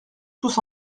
tous